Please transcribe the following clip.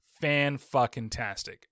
fan-fucking-tastic